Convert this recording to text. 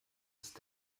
ist